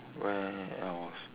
where else